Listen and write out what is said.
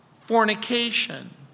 fornication